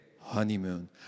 honeymoon